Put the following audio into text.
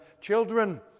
Children